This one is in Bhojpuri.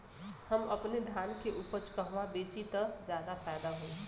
हम अपने धान के उपज कहवा बेंचि त ज्यादा फैदा होई?